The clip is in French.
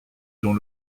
dont